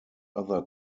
other